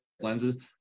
lenses